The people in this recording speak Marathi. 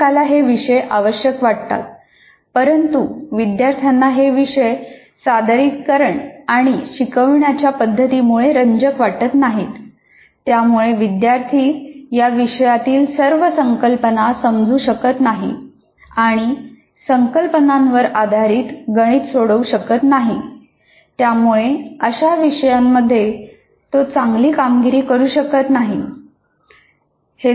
प्रत्येकाला हे विषय आवश्यक वाटतात परंतु विद्यार्थ्यांना हे विषय सादरीकरण आणि शिकवण्याच्या पद्धतीमुळे रंजक वाटत नाहीत त्यामुळे विद्यार्थी या विषयातील सर्व संकल्पना समजू शकत नाहीत आणि संकल्पनांवर आधारित गणिते सोडवू शकत नाहीत त्यामुळे अशा विषयांमध्ये ते चांगली कामगिरी करू शकत नाहीत